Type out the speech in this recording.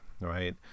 right